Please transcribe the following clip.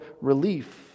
relief